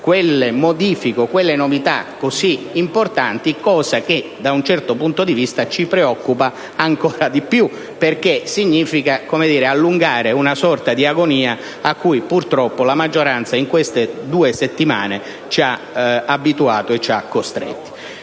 quelle modifiche o quelle novità così importanti. Questa cosa da un certo punto di vista ci preoccupa ancora di più, perché significherebbe allungare una sorta di agonia, a cui, purtroppo, la maggioranza in queste due settimane ci ha aiutati e costretti.